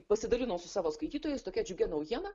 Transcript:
pasidalino su savo skaitytojais tokia džiugia naujiena